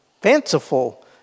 fanciful